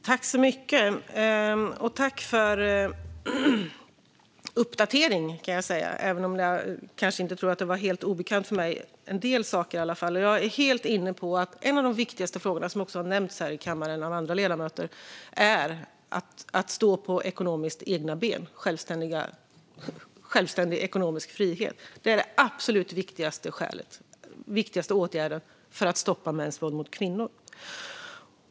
Herr talman! Jag tackar för uppdateringen. En del saker var väl inte helt obekanta för mig. Jag är helt inne på att en av de viktigaste frågorna är självständighet och ekonomisk frihet - att stå på egna ben ekonomiskt. Detta har också nämnts här i kammaren av andra ledamöter. Det är den absolut viktigaste åtgärden för att stoppa mäns våld mot kvinnor.